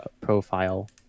profile